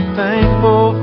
thankful